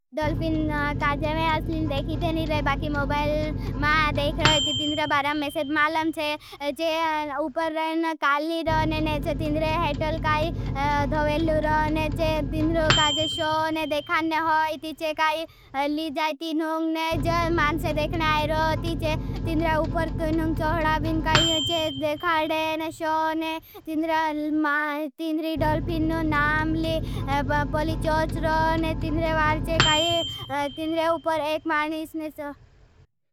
दोलफिन काजे में असलीं देखीते नहीं रहे। बाकी मोबाल मां देख रहे थी। तीन्द्र बारा मेसेब मालं चे। चे उपर रहे न काली रहे ने। चे तीन्द्र हेटल काई धवेल्लू रह। चे तीन्द्र काजे शोने देखाने होई। तीचे काई लीजाई तीनुंग ने, जो मान्से देखने आई रोती चे। तीन्द्र उपर तीणुंग चोडा बीन काई चे, धवेल्लाण काली ने शोने। तीन्द्र डॉलफिन ने नामली पली चोच रोने। तीन्द्र बारा चे काई तीन्द्र उपर एक मानिस ने चे।